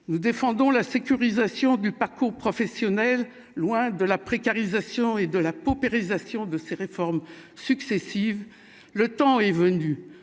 nous défendons la sécurisation du parcours professionnel, loin de la précarisation et de la paupérisation de ces réformes successives, le temps est venu